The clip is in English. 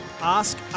Ask